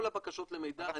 כל הבקשות למידע,